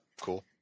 cool